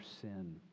sin